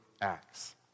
Acts